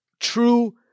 true